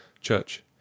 CHURCH